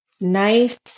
nice